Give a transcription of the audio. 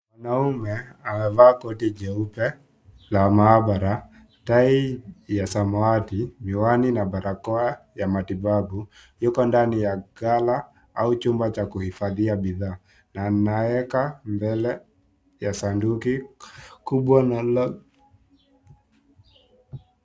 Mwanaume amevaa koti jeupe la maabara, tai ya samawati, miwani na barakoa ya matibabu. Yupo ndani ya gala au chumba cha kuhifadhia bidhaa na anaweka mbele ya sanduku kubwa.